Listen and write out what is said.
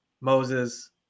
Moses